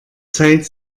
zeit